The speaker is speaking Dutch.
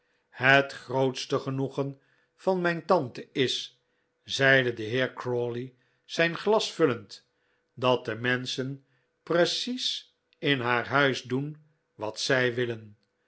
het grootste genoegen van mijn tante is zeide de heer crawley zijn glasvullend dat de menschen precies in haar huis doen wat zij willen